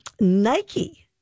Nike